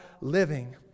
living